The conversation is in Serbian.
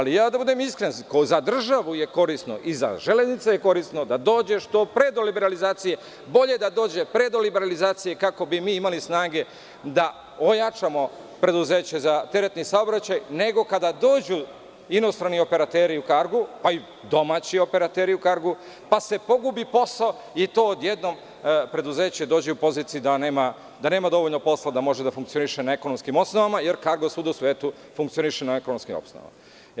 Da budem iskren, za državu je korisno i za železnice je korisno da dođe što pre do liberalizacije, bolje da dođe pre do liberalizacije, kako bi mi imali snage da ojačamo preduzeće za teretni saobraćaj, nego kada dođu inostrani operateri u Kargu, pa i domaći operateri u Kargu, pa se pogubi posao, i to preduzeće odjednom dođe u poziciju da može da funkcioniše na ekonomskim osnovama, da nema dovoljno posla, jer Kargo svuda u svetu funkcioniše na ekonomskim osnovama.